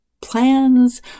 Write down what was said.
plans